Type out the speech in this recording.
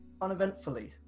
uneventfully